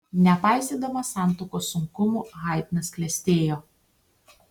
nepaisydamas santuokos sunkumų haidnas klestėjo